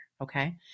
Okay